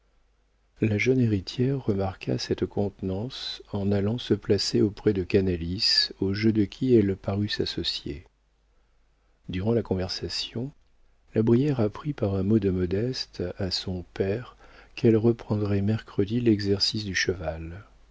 la jeune héritière remarqua cette contenance en allant se placer auprès de canalis au jeu de qui elle parut s'associer durant la conversation la brière apprit par un mot de modeste à son père qu'elle reprendrait mercredi l'exercice du cheval